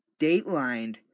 datelined